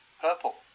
purple